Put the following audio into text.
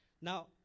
Now